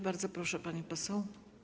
Bardzo proszę, pani poseł.